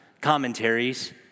commentaries